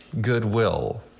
goodwill